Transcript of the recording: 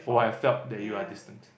who have felt that you are distant